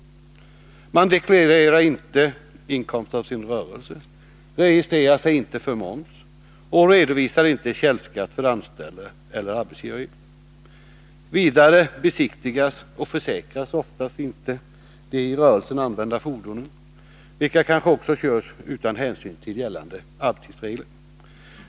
Man deklarerar inte inkomst av sin rörelse, registrerar sig inte för moms och redovisar inte källskatt för anställda eller arbetsgivaravgift. Vidare besiktigas och försäkras oftast inte de i rörelsen använda fordonen, vilka kanske också körs utan hänsyn till gällande arbetstidsregler.